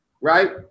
right